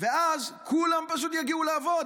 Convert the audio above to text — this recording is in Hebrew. ואז כולם פשוט יגיעו לעבוד,